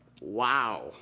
Wow